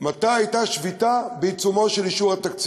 מתי הייתה שביתה בעיצומו של אישור התקציב?